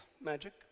magic